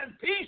peace